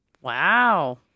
Wow